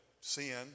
sin